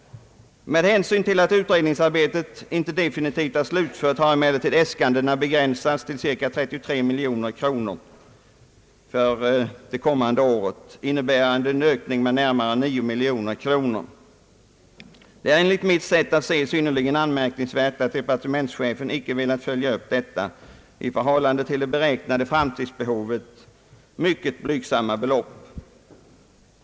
Med hänsyn till att utredningsarbetet inte definitivt är slutfört har äskandena begränsats till cirka 33 miljoner kronor för det kommande budgetåret, innebärande en ökning med närmare 9 miljoner kronor. Det är enligt mitt sätt att se synnerligen anmärkningsvärt att departementschefen icke har velat följa upp detta — i förhållande till det beräknade framtidsbehovet — mycket blygsamma belopp.